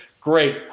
great